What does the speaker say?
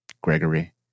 Gregory